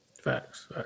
Facts